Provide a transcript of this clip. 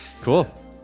cool